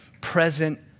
present